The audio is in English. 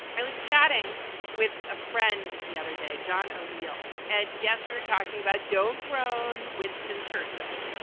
i was chatting with a friend the other day. john o'neill. ed? yes, we were talking about don't groan winston churchill.